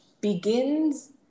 begins